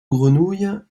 grenouilles